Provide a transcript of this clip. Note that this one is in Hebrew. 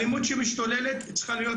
האלימות שמשתוללת צריכה להיות